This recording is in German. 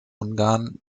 ungarn